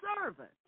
servant